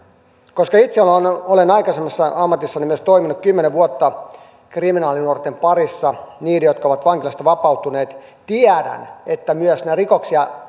koska itse olen olen aikaisemmassa ammatissani myös toiminut kymmenen vuotta kriminaalinuorten parissa niiden jotka ovat vankilasta vapautuneet tiedän että myös näitä rikoksia